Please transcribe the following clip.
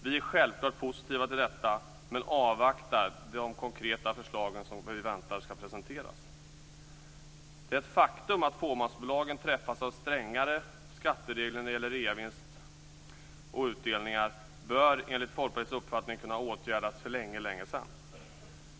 Vi är självklart positiva till detta men avvaktar de konkreta förslag som vi förväntar oss skall presenteras. Det faktum att fåmansbolagen träffas av strängare skatteregler när det gäller reavinster och utdelningar borde enligt Folkpartiets uppfattning ha kunnat åtgärdas för länge sedan.